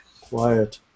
quiet